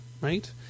right